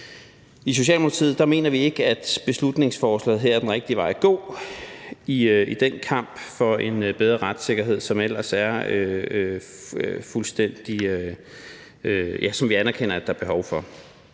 I Socialdemokratiet mener vi ikke, at beslutningsforslaget her er den rigtige vej at gå i den kamp for en bedre retssikkerhed, som vi ellers anerkender der er behov for.